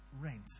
rent